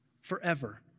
forever